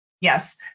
Yes